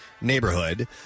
neighborhood